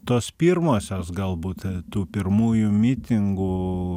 tos pirmosios galbūt tų pirmųjų mitingų